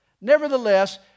Nevertheless